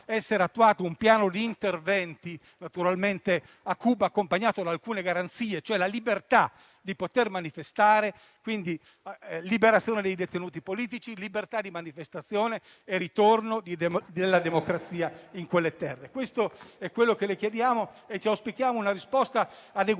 essere attuato un piano di interventi a Cuba, accompagnato da alcune garanzie, come la libertà di manifestare. Liberazione dei detenuti politici, libertà di manifestazione e ritorno della democrazia in quelle terre: questo è quello che le chiediamo e ci aspettiamo una risposta adeguata